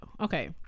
Okay